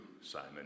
Simon